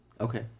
Okay